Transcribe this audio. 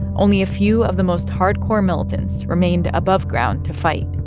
only a few of the most hardcore militants remained above ground to fight.